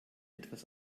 etwas